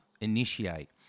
initiate